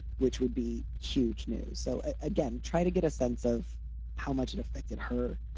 which would be huge news. so, again, try to get a sense of how much it affected her.